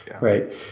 Right